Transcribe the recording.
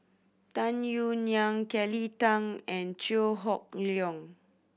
Tung Yue Nang Kelly Tang and Chew Hock Leong